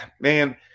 man